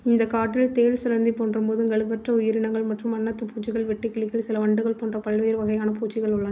இந்த காட்டில் தேள் சிலந்தி போன்ற முதுகெலும்பற்ற உயிரினங்கள் மற்றும் வண்ணத்துப்பூச்சிகள் வெட்டுக்கிளிகள் சில வண்டுகள் போன்ற பல்வேறு வகையான பூச்சிகள் உள்ளன